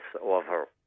over